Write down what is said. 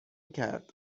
کرد